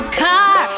car